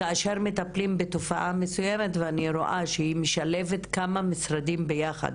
כאשר מטפלים בתופעה מסוימת ואני רואה שהיא משלבת כמה משרדים ביחד,